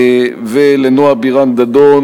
ולנועה בירן-דדון,